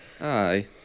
Aye